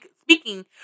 speaking